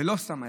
ולא סתם היה,